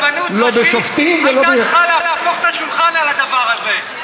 רבנות רצינית הייתה הופכת את השולחן על הדבר הזה.